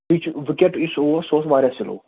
وُچھ وِکیٚٹ یُس اوس سُہ اوس واریاہ سُلوو